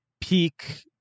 peak